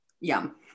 Yum